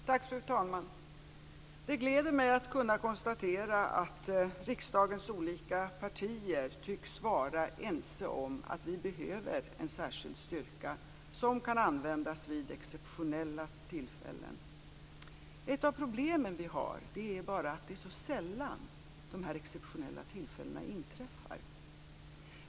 Fru talman! Det gläder mig att kunna konstatera att riksdagens olika partier tycks vara ense om att vi behöver en särskild styrka som kan användas vid exceptionella tillfällen. Ett av problemen som vi har är att det är så sällan som dessa exceptionella tillfällen inträffar.